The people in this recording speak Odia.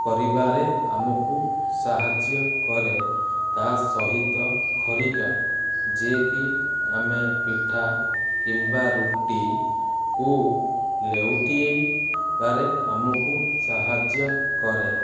କରିବାରେ ଆମକୁ ସାହାଯ୍ୟ କରେ ତା ସହିତ ଖରିକା ଯିଏ କି ଆମେ ପିଠା କିମ୍ବା ରୁଟିକୁ ଲେଉଟିଆଇବାରେ ଆମକୁ ସାହାଯ୍ୟ କରେ